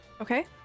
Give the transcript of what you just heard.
Okay